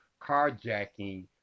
carjacking